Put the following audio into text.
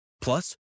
Plus